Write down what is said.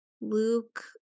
Luke